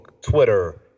Twitter